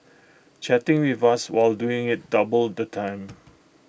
chatting with us while doing IT doubled the time